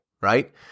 right